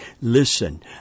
Listen